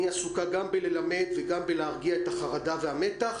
עסוקה גם בללמד וגם בלהרגיע את החרדה והמתח,